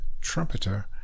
trumpeter